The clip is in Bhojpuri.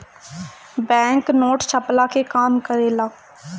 बैंक नोट छ्पला के काम करेला